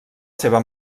seva